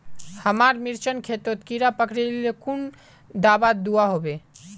हमार मिर्चन खेतोत कीड़ा पकरिले कुन दाबा दुआहोबे?